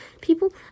people